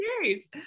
series